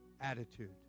attitude